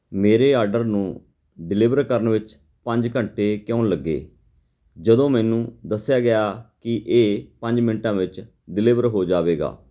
ਮੇਰੇ ਆਰਡਰ ਨੂੰ ਡਿਲੀਵਰ ਕਰਨ ਵਿੱਚ ਪੰਜ ਘੰਟੇ ਕਿਉਂ ਲੱਗੇ ਜਦੋਂ ਮੈਨੂੰ ਦੱਸਿਆ ਗਿਆ ਕਿ ਇਹ ਪੰਜ ਮਿੰਟਾਂ ਵਿੱਚ ਡਿਲੀਵਰ ਹੋ ਜਾਵੇਗਾ